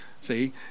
see